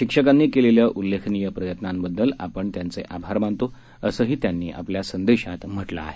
शिक्षकांनी केलेल्या उल्लेखनीय प्रयत्नांबद्दल त्यांचं आपण आभार मानतो असंही त्यांनी या संदेशात म्हटलं आहे